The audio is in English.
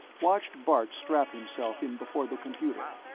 watched bart strap himself in before the computer.